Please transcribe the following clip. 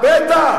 בטח.